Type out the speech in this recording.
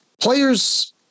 players